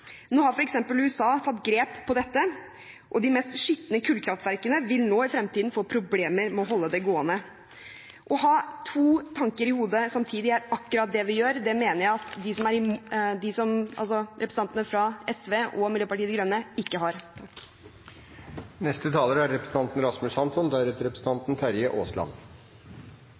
Nå har f.eks. USA tatt grep på dette, og de mest skitne kullkraftverkene vil nå i fremtiden få problemer med å holde det gående. To tanker i hodet samtidig er akkurat det vi har, og det mener jeg representantene fra SV og Miljøpartiet De Grønne ikke har. Nå skal jeg la være å holde opptelling over hvor mange tanker jeg har i hodet, men det er ikke få. En av dem er svaret på representanten